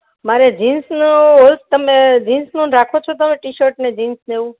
મારે જિન્સનો હૉલ તમે જિન્સનો રાખો છો ટીશર્ટ ને જિન્સ ને એવું